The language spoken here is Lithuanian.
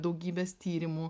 daugybės tyrimų